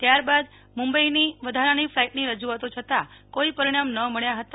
તયાર બાદ મુંબઈની વધારાની ફલાઈટની રજૂઆતો છતાં કોઈ પરિણામ ન મળ્યા હતા